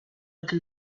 anche